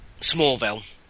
Smallville